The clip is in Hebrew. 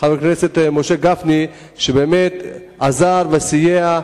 חבר הכנסת משה גפני, שבאמת עזר וסייע,